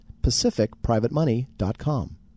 PacificPrivateMoney.com